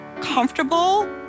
comfortable